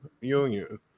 Union